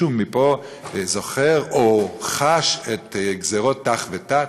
מישהו מפה זוכר או חש את גזירות ת"ח ות"ט?